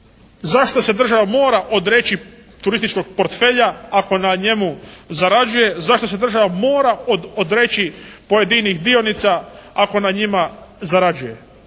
Zašto se država mora odreći turističkog portfelja ako na njemu zarađuje? Zašto se država mora odreći pojedinih dionica ako na njima zarađuje